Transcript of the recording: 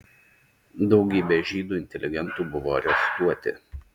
daugybė žydų inteligentų buvo areštuoti